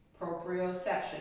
proprioception